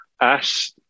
Ash